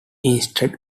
instead